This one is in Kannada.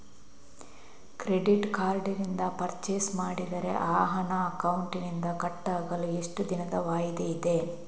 ಕ್ರೆಡಿಟ್ ಕಾರ್ಡ್ ನಿಂದ ಪರ್ಚೈಸ್ ಮಾಡಿದರೆ ಆ ಹಣ ಅಕೌಂಟಿನಿಂದ ಕಟ್ ಆಗಲು ಎಷ್ಟು ದಿನದ ವಾಯಿದೆ ಇದೆ?